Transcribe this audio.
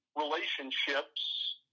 relationships